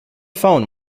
phone